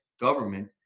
government